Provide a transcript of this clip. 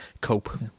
Cope